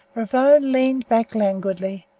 ravone leaned back languidly,